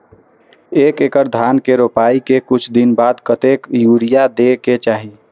एक एकड़ धान के रोपाई के कुछ दिन बाद कतेक यूरिया दे के चाही?